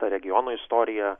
ta regiono istorija